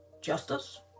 justice